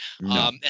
No